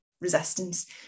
resistance